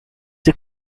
the